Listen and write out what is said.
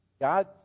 God